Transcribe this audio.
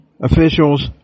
officials